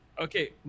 Okay